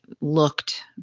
looked